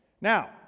Now